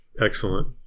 excellent